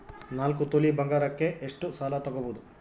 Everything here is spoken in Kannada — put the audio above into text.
ನಾಲ್ಕು ತೊಲಿ ಬಂಗಾರಕ್ಕೆ ಎಷ್ಟು ಸಾಲ ತಗಬೋದು?